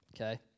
Okay